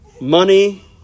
money